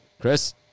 Chris